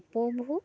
উপভোগ